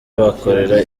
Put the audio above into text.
bakorera